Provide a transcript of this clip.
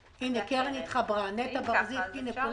מכיר את החיילים האלה בשל היותם